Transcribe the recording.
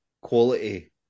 quality